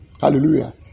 hallelujah